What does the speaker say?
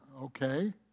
Okay